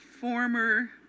former